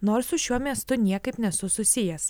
nors su šiuo miestu niekaip nesusijęs